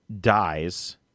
dies